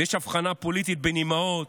ויש הבחנה פוליטית בין אימהות,